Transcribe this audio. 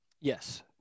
Yes